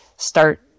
start